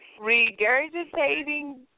Regurgitating